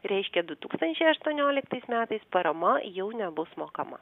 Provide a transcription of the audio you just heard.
reiškia du tūkstančiai aštuonioliktais metais parama jau nebus mokama